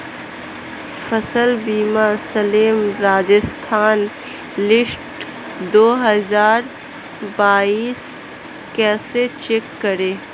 फसल बीमा claim Rajasthan list दो हज़ार बाईस कैसे चेक करें?